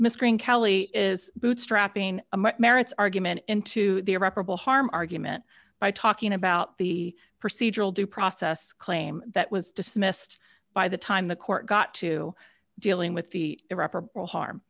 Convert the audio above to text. miscreant kelly is bootstrapping merits argument into the irreparable harm argument by talking about the procedural due process claim that was dismissed by the time the court got to dealing with the irreparable harm